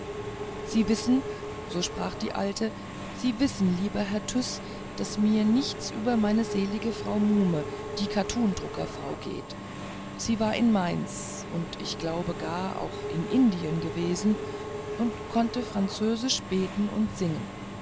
sie wissen so sprach die alte sie wissen lieber herr tyß daß mir nichts über meine selige frau muhme die kattundruckerfrau geht sie war in mainz und ich glaube gar auch in indien gewesen und konnte französisch beten und singen